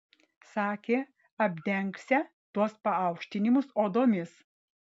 sakė apdengsią tuos paaukštinimus odomis